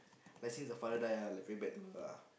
but since the father die lah like very bad to her lah